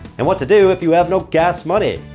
and what to do if you have no gas money!